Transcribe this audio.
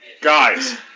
Guys